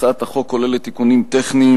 הצעת החוק כוללת תיקונים טכניים,